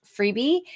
freebie